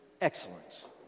excellence